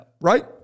right